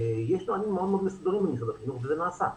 יש נהלים מאוד מסודרים במשרד החינוך וזה נעשה.